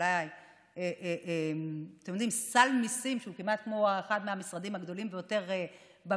אולי סל מיסים שהוא כמעט כמו אחד המשרדים הגדולים ביותר במדינה,